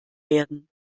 werden